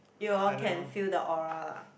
you all can feel the Aura